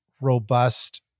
robust